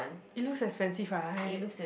it looks expensive right